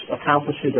accomplishes